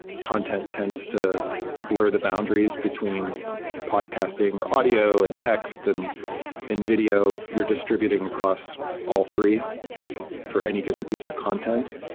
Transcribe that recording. content tends to blur the boundaries between podcasting or audio and text. and in video, you're distributing across all three for any given piece of content.